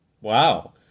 Wow